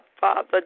Father